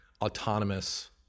autonomous